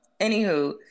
Anywho